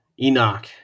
Enoch